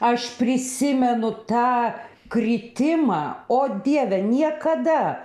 aš prisimenu tą kritimą o dieve niekada